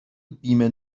بیمه